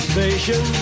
Station